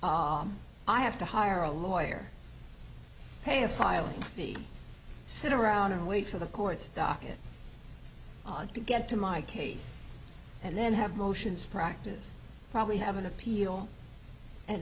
i have to hire a lawyer pay a filing fee sit around and wait for the court's docket to get to my case and then have motions practice probably have an appeal and